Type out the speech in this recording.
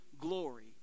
glory